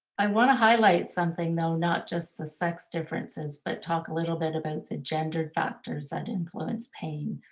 i wanna highlight something though, not just the sex differences, but talk a little bit about the gender factors that influence pain.